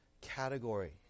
category